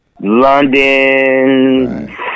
London